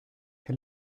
che